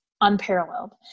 unparalleled